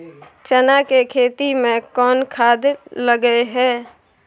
चना के खेती में कोन खाद लगे हैं?